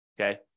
okay